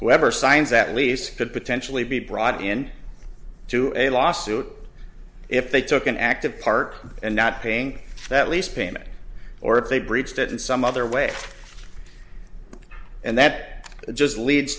whoever signs that lease could potentially be brought in to a lawsuit if they took an active part and not paying that lease payment or if they breached it in some other way and that just leads